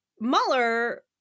Mueller